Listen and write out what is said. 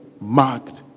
Marked